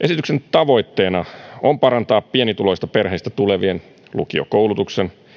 tavoitteena on parantaa pienituloisista perheistä tulevien lukiokoulutuksen